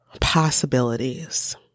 possibilities